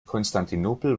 konstantinopel